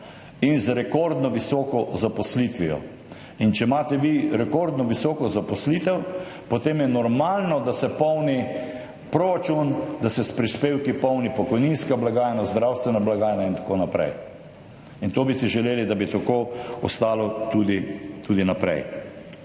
in z rekordno visoko zaposlitvijo. Če imate vi rekordno visoko zaposlitev, potem je normalno, da se polni proračun, da se s prispevki polnita pokojninska blagajna, zdravstvena blagajna in tako naprej. In bi si želeli, da bi tako ostalo tudi naprej.